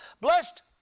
Blessed